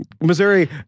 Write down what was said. Missouri